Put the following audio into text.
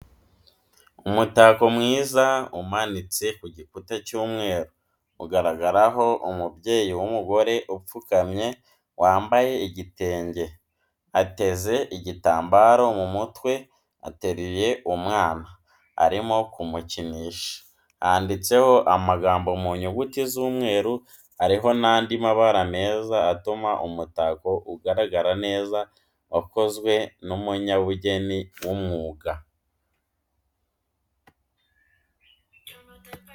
Umutako mwiza umanitse ku gikuta cy'umweru ugaragaraho umubyeyi w'umugore upfukamye, wambaye ibitenge ateze igitambaro mu mutwe ateruye umwana arimo kumukinisha, handitseho amagambo mu nyuguti z'umweru hariho n'andi mabara meza atuma umutako ugaragara neza wakozwe n'umunyabugeni w'umuhanga.